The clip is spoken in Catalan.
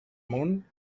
món